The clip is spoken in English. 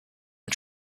and